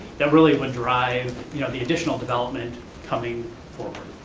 that really would drive you know the additional development coming forward.